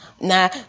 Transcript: Now